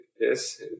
yes